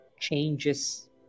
changes